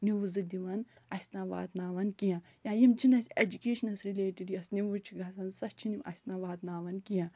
news دِوان اَسہِ تام واتناوان کیٚنہہ یا یِم چھِنہٕ اَسہِ ایجوٗکیشنَس رٕلیٹِڈ یۄس نِوٕز چھِ گژھان سۄ چھِنہٕ یِم اَسہِ تام واتناوان کیٚنہہ